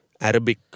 Arabic